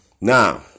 Now